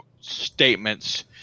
statements